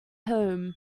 home